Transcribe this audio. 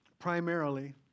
primarily